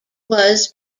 was